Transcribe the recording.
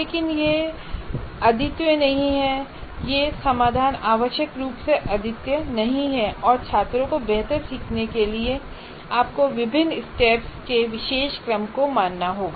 लेकिन यह अद्वितीय नहीं है अर्थात समाधान आवश्यक रूप से अद्वितीय नहीं है और छात्रों को बेहतर सीखने के लिए आपको विभिन्न स्टेप्स के विशेष क्रम को मानना होगा